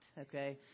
okay